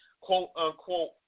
quote-unquote